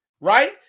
right